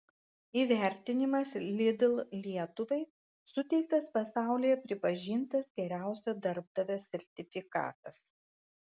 įvertinimas lidl lietuvai suteiktas pasaulyje pripažintas geriausio darbdavio sertifikatas